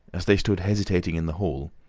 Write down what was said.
as they stood hesitating in the hall,